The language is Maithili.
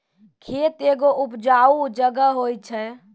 खेत एगो उपजाऊ जगह होय छै